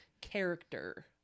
character